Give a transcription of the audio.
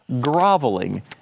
groveling